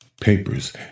papers